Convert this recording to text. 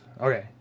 okay